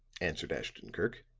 answered ashton-kirk.